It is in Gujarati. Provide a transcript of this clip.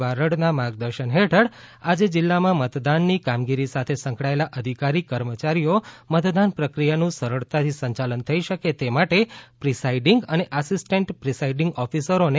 બારડના માર્ગદર્શન હેઠળ આજે જિલ્લાંમાં મતદાનની કામગીરી સાથે સંકળાયેલા અધિકારી કર્મચારીઓ મતદાન પ્રક્રિયાનું સરળતાથી સંચાલન થઇ શકે તે માટે પ્રિસાઇડીંગ અને આસિસ્ટલન્ટય પ્રિસાઇડીંગ ઓફિસરોને